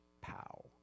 Pow